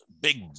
big